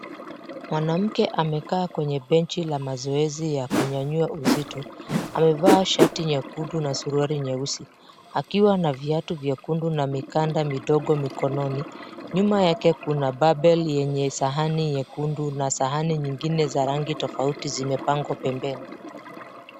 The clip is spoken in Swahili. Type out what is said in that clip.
Mwanamke amekaa kwenye benchi la mazoezi ya kunyanyua uzito, amevaa shati nyekundu na suruali nyeusi, akiwa na viatu vyekundu na mikanda midogo mikononi. Nyuma yake kuna barbel yenye sahani nyekundu na sahani nyingine za rangi tofauti zimepangwa pembeni.